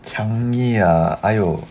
changi ah